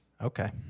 Okay